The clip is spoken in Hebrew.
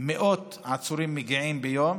מגיעים מאות עצורים ביום,